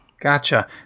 Gotcha